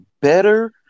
better